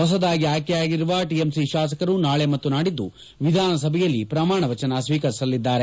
ಹೊಸದಾಗಿ ಆಯ್ಕೆಯಾಗಿರುವ ಟಎಂಸಿ ಶಾಸಕರು ನಾಳೆ ಮತ್ತು ನಾಡಿದ್ದು ವಿಧಾನಸಭೆಯಲ್ಲಿ ಪ್ರಮಾಣ ವಚನ ಸ್ವೀಕರಿಸಲಿದ್ದಾರೆ